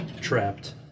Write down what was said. trapped